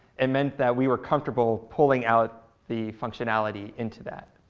it meant that we were comfortable pulling out the functionality into that.